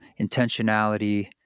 intentionality